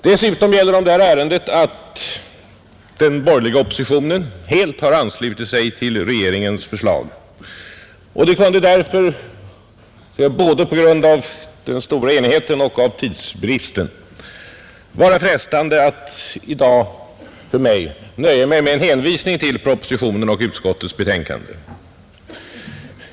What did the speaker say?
Dessutom gäller om detta ärende att den borgerliga oppositionen helt har anslutit sig till regeringens förslag. Det kunde därför både på grund av den stora enigheten och på grund av tidsbristen vara frestande för mig att i dag nöja mig med en hänvisning till propositionen och till utskottets betänkande.